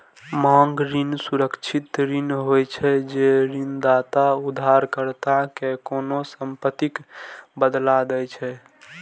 मांग ऋण सुरक्षित ऋण होइ छै, जे ऋणदाता उधारकर्ता कें कोनों संपत्तिक बदला दै छै